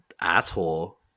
asshole